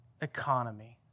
economy